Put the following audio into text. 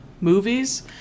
movies